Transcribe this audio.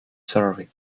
survey